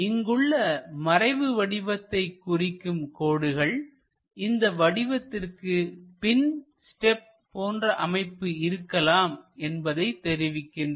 இங்குள்ள மறைவு வடிவத்தை குறிக்கும் கோடுகள் இந்த வடிவத்திற்கு பின் ஸ்டெப் போன்ற அமைப்பு இருக்கலாம் என்பதை தெரிவிக்கிறது